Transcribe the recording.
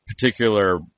particular